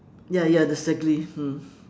ya ya exactly mm